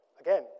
again